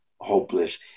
hopeless